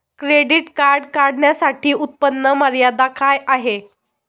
Credit card काढण्यासाठी उत्पन्न मर्यादा काय आहे?